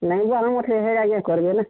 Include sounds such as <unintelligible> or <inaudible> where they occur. ନାଇଁ <unintelligible> ହେରା ଯେ କର୍ମି ବୋଲେ